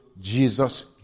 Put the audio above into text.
Jesus